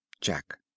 Jack